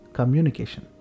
communication